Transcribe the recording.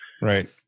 right